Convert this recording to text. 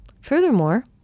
Furthermore